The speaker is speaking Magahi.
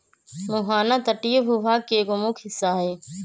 मुहाना तटीय भूभाग के एगो मुख्य हिस्सा हई